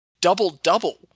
double-double